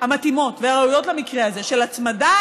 המתאימות והראויות למקרה הזה של הצמדה